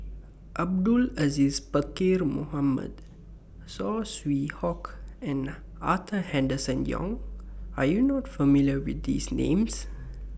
Abdul Aziz Pakkeer Mohamed Saw Swee Hock and Arthur Henderson Young Are YOU not familiar with These Names